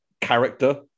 character